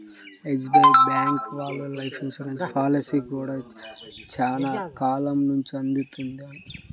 SBI bank వాళ్ళు life insurance పాలసీలను గూడా చానా కాలం నుంచే అందిత్తన్నారు